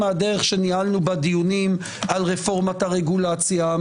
מהדרך שניהלנו בה דיונים על רפורמת הרגולציה,